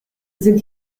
sind